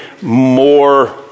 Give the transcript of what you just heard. more